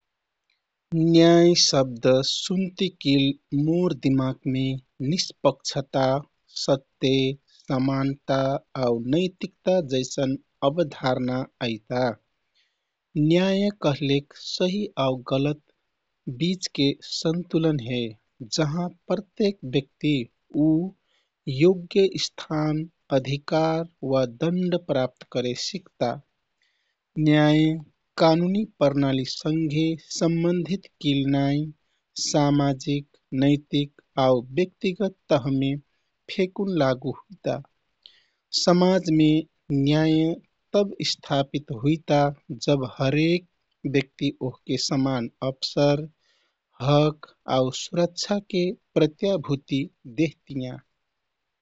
'न्याय' शब्द सुन्तिकिल मोर दिमागमे निष्पक्षता, सत्य, समानता आउ नैतिकता जैसन अवधआरणा अइता। न्याय कहलेक सही गलत बीचके सन्तुलन हे, जहाँ प्रत्येक उ योग्य स्थान, अधिकार वा दण्ड प्राप्त करे सिकता। न्याय कानुनी प्रणालीसँघे सम्बन्धित किल नाइ समाजिक, नैतिक आउ व्यक्तिगत तहमे फेकुन लागू हुइता। समाजमे न्याय तब स्थापित हुइता जब हरेक व्यक्ति ओहके समान अवसर, हक आउ सुरक्षाके प्रत्याभूति देहतियाँ।